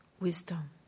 wisdom